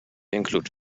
include